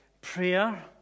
prayer